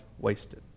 wasted